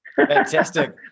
Fantastic